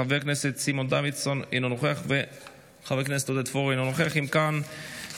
חבר הכנסת סימון דוידסון, אינו נוכח, חבר